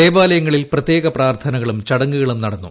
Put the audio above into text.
ദേവാലയങ്ങളിൽ പ്രത്യേക പ്രാർത്ഥനകളും ചടങ്ങുകളും നടന്നു